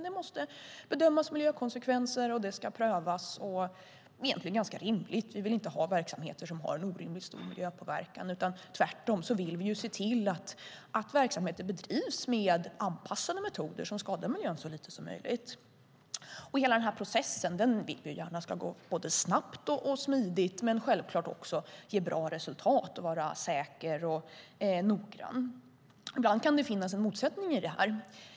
Det måste bedömas miljökonsekvenser och ske prövningar. Det är egentligen rimligt. Vi vill inte ha verksamheter som har en orimligt stor miljöpåverkan. Tvärtom vill vi se till att verksamheter bedrivs med anpassade metoder som skadar miljön så lite som möjligt. Vi vill att hela processen ska gå snabbt och smidigt och självklart också ge bra resultat, vara säker och noggrann. Ibland kan det finnas en motsättning i detta.